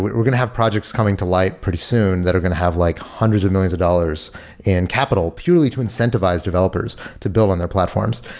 we're we're going to have projects coming to light pretty soon that are going to have like hundreds of millions of dollars in capital purely to incentivize developers to build on their platforms.